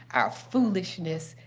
our foolishness,